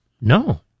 No